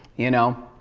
you know.